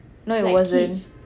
no it wasn't